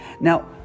Now